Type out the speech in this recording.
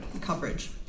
coverage